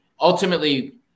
ultimately